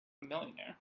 millionaire